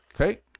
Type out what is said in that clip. Okay